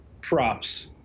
props